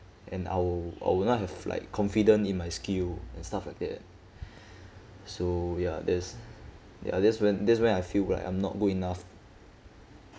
and I will I will not have like confident in my skill and stuff like that so ya that's ya that's when that's when I feel like I'm not good enough